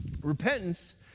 repentance